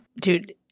Dude